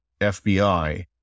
FBI